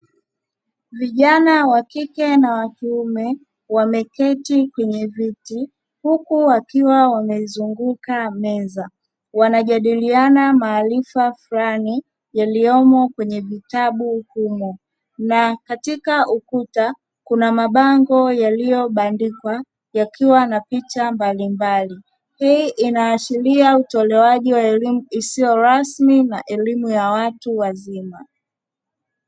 Vijana wa kike na wa kiume wameketi kwenye viti huku wakiwa wamezunguka meza wanajadiliana maarifa fulani yaliyomo kwenye vitabu humo, na katika ukuta kuna mabango yaliyobandikwa yakiwa na picha mbalimbali, hii inaashiria utolewaji wa elimu isiyo rasmi na elimu ya watu wa wazima.